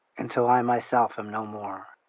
until i myself am no more.